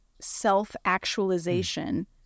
self-actualization